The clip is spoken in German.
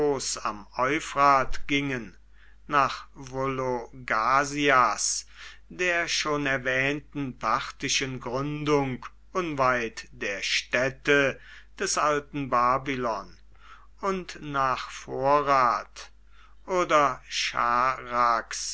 am euphrat gingen nach vologasias der schon erwähnten parthischen gründung unweit der stätte des alten babylon und nach forath oder